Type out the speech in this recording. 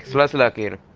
less latino